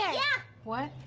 yeah! what,